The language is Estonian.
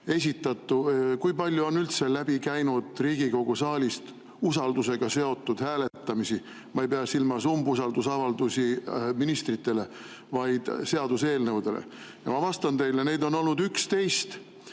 te teate, kui palju on üldse läbi käinud Riigikogu saalist usaldusega seotud hääletamisi? Ma ei pea silmas umbusaldusavaldusi ministritele, vaid seaduseelnõusid. Ma vastan teile: neid on olnud 11.